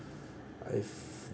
I